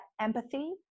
empathy